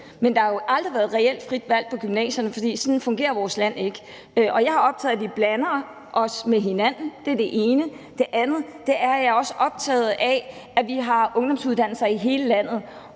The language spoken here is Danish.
Men der har jo aldrig været et reelt frit valg til gymnasierne, for sådan fungerer vores land ikke. Jeg er optaget af, at vi blander os med hinanden – det er det ene. Og det andet er, at jeg også er optaget af, at vi har ungdomsuddannelser i hele landet.